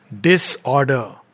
disorder